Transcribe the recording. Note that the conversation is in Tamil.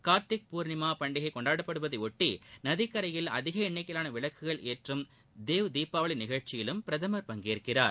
கார்த்திக் பூர்ணிமா பண்டிகை கொண்டாடப்படுவதை ஒட்டி நதிக்கரையில் அதிக எண்ணிக்கையிலான விளக்குகள் ஏற்றும் தேவ் தீபாவளி நிகழ்ச்சியிலும் பிரதமர் பங்கேற்கிறார்